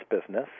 business